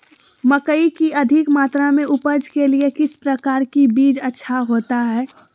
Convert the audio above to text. मकई की अधिक मात्रा में उपज के लिए किस प्रकार की बीज अच्छा होता है?